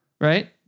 Right